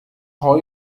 heu